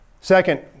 Second